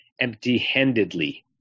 empty-handedly